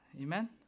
Amen